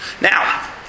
Now